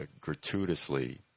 gratuitously